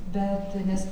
bet nes